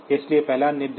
इसलिए पहला निर्देश